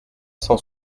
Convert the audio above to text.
cent